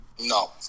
No